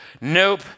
nope